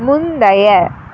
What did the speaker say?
முந்தைய